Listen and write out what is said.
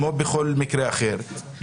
כמו בכל מקרה אחר,